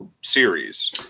series